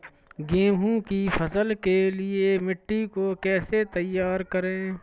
गेहूँ की फसल के लिए मिट्टी को कैसे तैयार करें?